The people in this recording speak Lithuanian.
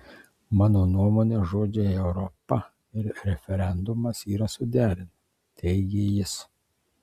mano nuomone žodžiai europa ir referendumas yra suderinami teigė jis